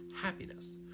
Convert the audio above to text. happiness